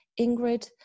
Ingrid